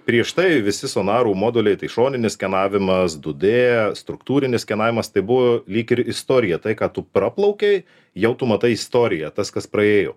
prieš tai visi sonarų moduliai tai šoninis skenavimas du d struktūrinis skenavimas tai buvo lyg ir istorija tai ką tu praplaukei jau tu matai istoriją tas kas praėjo